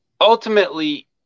ultimately